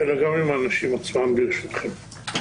אלא גם עם האנשים עצמם, ברשותכם.